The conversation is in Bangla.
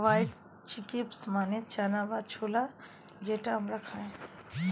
হোয়াইট চিক্পি মানে চানা বা ছোলা যেটা আমরা খাই